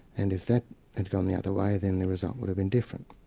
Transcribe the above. and if that had gone the other way then the result would have been different.